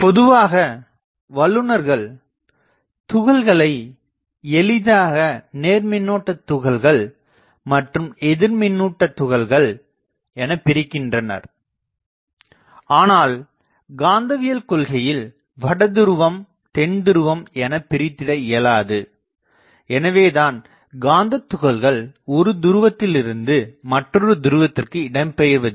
பொதுவாக வல்லுநர்கள் துகள்களை எளிதாக நேர் மின்னூட்ட துகள்கள் மற்றும் எதிர் மின்னூட்ட துகள்கள் எனப் பிரிக்கின்றனர் ஆனால் காந்தவியல் கொள்கையில் வட துருவம் தென்துருவம் எனப் பிரித்திட இயலாது எனவேதான் காந்தத்துகள்கள் ஒரு துருவத்தில் இருந்து மற்றொரு துருவத்திற்கு இடம்பெயர்வதில்லை